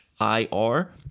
I-R